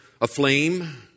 aflame